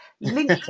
Link